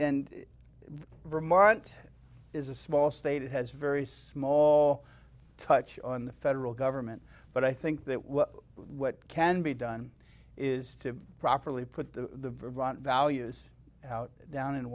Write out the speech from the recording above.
vermont is a small state it has very small touch on the federal government but i think that what can be done is to properly put the brunt values out down in